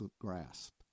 grasp